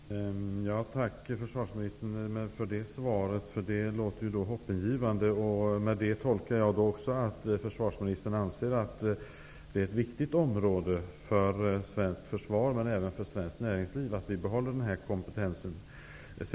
Herr talman! Jag tackar försvarsministern för det beskedet -- det låter hoppingivande. Jag tolkar i det svaret in att försvarsministern anser att det är viktigt för svenskt försvar och även för svenskt näringsliv att vi behåller den här kompetensen.